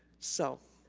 so.